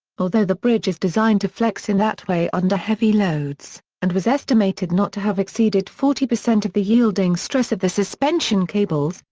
although the bridge is designed to flex in that way under heavy loads, and was estimated not to have exceeded forty percent of the yielding stress of the suspension cables,